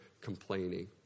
complaining